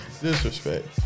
Disrespect